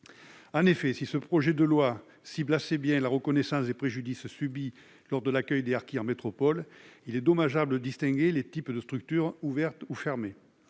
français. Si ce projet de loi cible assez bien la reconnaissance des préjudices subis lors de l'accueil des harkis en métropole, il est dommageable de distinguer les structures ouvertes et fermées.